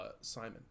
Simon